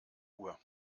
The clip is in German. uhr